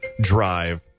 drive